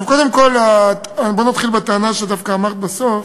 קודם כול, בואי נתחיל בטענה שדווקא אמרת בסוף,